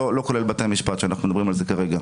לא כולל בתי המשפט שעליהם אנחנו מדברים כרגע.